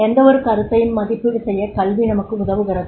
எந்தவொரு கருத்தையும் மதிப்பீடு செய்ய கல்வி நமக்கு உதவுகிறது